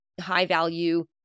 high-value